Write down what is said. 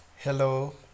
Hello